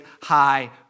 high